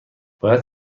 باید